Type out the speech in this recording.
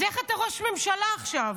איך אתה ראש ממשלה עכשיו?